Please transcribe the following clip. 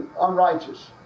unrighteous